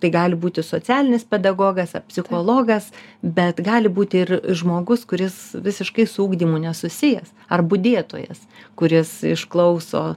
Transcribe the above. tai gali būti socialinis pedagogas ar psichologas bet gali būti ir žmogus kuris visiškai su ugdymu nesusijęs ar budėtojas kuris išklauso